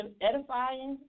edifying